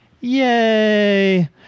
Yay